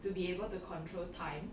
to be able to control time